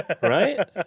right